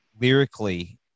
lyrically